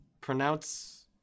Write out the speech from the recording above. pronounce